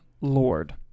lord